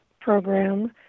program